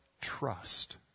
trust